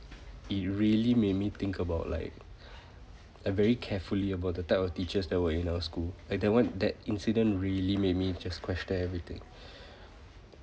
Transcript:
it really made me think about like a very carefully about the type of teachers that were in our school like that one that incident really made me just question everything